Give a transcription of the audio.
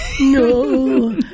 No